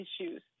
issues